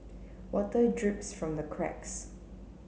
water drips from the cracks